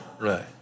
Right